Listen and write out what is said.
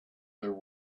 there